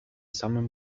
samym